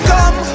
Come